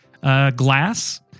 glass